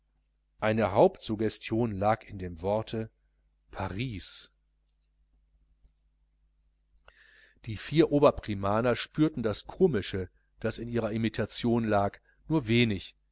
eine hauptsuggestion lag in dem worte paris die vier oberprimaner spürten das komische das in ihrer imitation lag nur wenig